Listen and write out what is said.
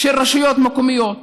של רשויות מקומיות.